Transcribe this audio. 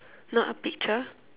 not a picture